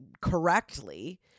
correctly